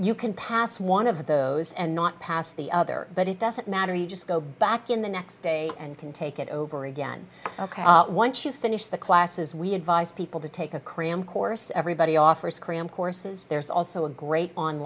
you can pass one of those and not pass the other but it doesn't matter you just go back in the next day and can take it over again ok once you finish the classes we advise people to take a cram course everybody offers cram courses there's also a great on